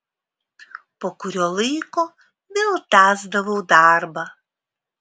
po kurio laiko vėl tęsdavau darbą